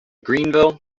greenville